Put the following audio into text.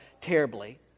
terribly